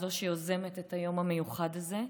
זו שיוזמת את היום המיוחד הזה.